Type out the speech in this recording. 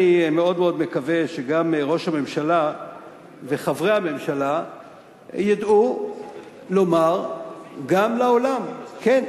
אני מאוד מקווה שגם ראש הממשלה וחברי הממשלה ידעו לומר גם לעולם: כן,